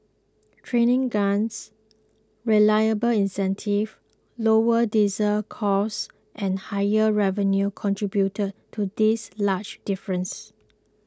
training grants reliable incentives lower diesel costs and higher revenue contributed to this large difference